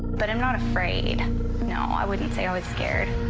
but i'm not afraid and now i wouldn't say i was scared.